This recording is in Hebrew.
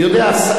אני יודע.